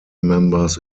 members